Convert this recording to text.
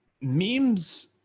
Memes